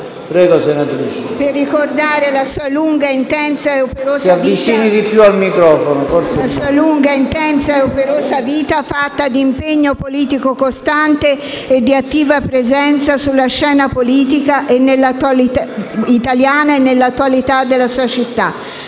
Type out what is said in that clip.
ricordare la sua lunga, intensa e operosa vita, fatta di impegno politico costante e di attiva presenza sulla scena politica italiana e nella quotidianità della sua città.